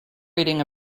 reading